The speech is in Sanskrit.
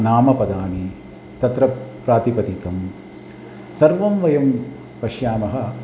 नामपदानि तत्र प्रातिपदिकं सर्वं वयं पश्यामः